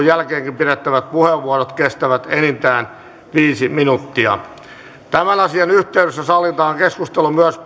jälkeenkin pidettävät puheenvuorot kestävät enintään viisi minuuttia tämän asian yhteydessä sallitaan keskustelu myös